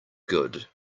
good